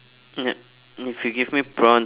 yup if you give me prawns